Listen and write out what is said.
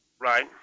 Right